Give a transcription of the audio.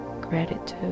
gratitude